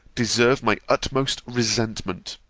deserve my utmost resentment.